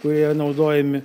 kurie naudojami